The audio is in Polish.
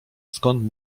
skąd